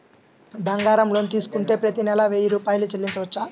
బంగారం లోన్ తీసుకుంటే ప్రతి నెల వెయ్యి రూపాయలు చెల్లించవచ్చా?